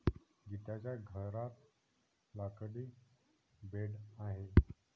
गीताच्या घरात लाकडी बेड आहे